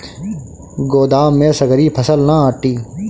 गोदाम में सगरी फसल ना आटी